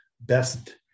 best